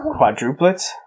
quadruplets